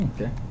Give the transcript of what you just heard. Okay